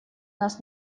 нас